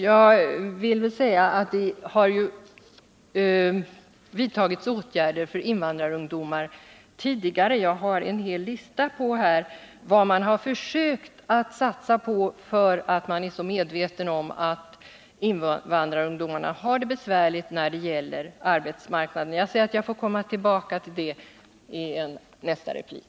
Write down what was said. Jag vill också säga att det har vidtagits åtgärder för invandrarungdomar tidigare. Jag har här en hel lista över vad man försökt satsa på, därför att man är så medveten om att invandrarungdomarna har det besvärligt beträffande arbetsmarknaden. Men jag ser att tiden gör att jag får återkomma till detta i nästa replik.